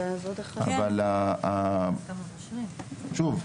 אבל שוב,